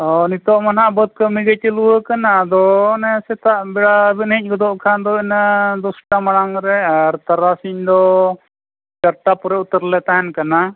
ᱦᱳᱭ ᱱᱤᱛᱚᱜ ᱢᱟ ᱦᱟᱸᱜ ᱵᱟᱹᱫᱽ ᱠᱟᱹᱢᱤᱜᱮ ᱪᱟᱹᱞᱩ ᱟᱠᱟᱱᱟ ᱟᱫᱚ ᱚᱱᱮ ᱥᱮᱛᱟᱜ ᱵᱮᱲᱟ ᱵᱮᱱ ᱦᱮᱡ ᱜᱚᱫᱚᱜ ᱠᱷᱟᱱ ᱫᱚ ᱤᱱᱟᱹ ᱫᱚᱥᱴᱟ ᱢᱟᱲᱟᱝ ᱨᱮ ᱟᱨ ᱛᱟᱨᱟᱥᱤᱧ ᱫᱚ ᱪᱟᱨᱴᱟ ᱯᱚᱨᱮ ᱩᱛᱟᱹᱨ ᱞᱮ ᱛᱟᱦᱮᱱ ᱠᱟᱱᱟ